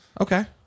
Okay